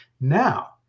Now